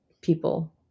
people